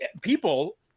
people